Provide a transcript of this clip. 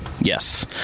Yes